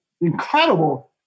incredible